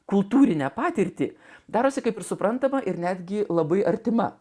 kultūrinę patirtį darosi kaip ir suprantama ir netgi labai artima